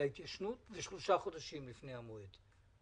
ההתיישנות ושלושה חודשים לפני המועד.